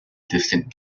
distant